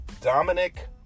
Dominic